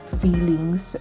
feelings